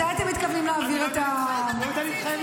מתי אתם מתכוונים להעביר את --- אני לא יודע להתחייב